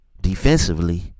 defensively